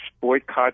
boycott